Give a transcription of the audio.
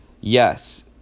Yes